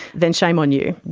then shame on you,